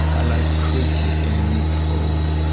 i like creases in neat folds.